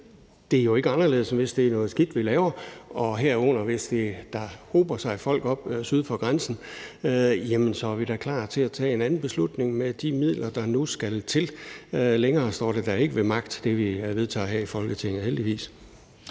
at det jo ikke er anderledes, end hvis det er noget skidt, vi laver. Hvis der hober sig folk op syd for grænsen, jamen så er vi da klar til at tage en anden beslutning og bruge de midler, der nu skal til. Længere står det, vi vedtager her i Folketinget, da